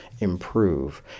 improve